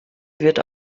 wird